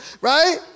right